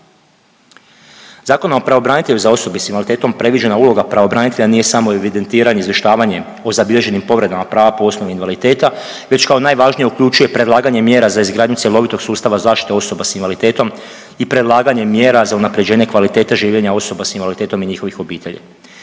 Zakonom o pravobranitelju za osobe s invaliditetom predviđena uloga pravobraniteljica nije samo evidentiranje i izvještavanje o zabilježenim povredama prava po osnovi invaliditeta već kao najvažnije uključuje predlaganje mjera za izgradnju cjelovitog sustava zaštite osobe s invaliditetom i predlaganjem mjera za unapređenje kvalitete življenja osoba s invaliditetom i njihovih obitelji.